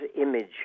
image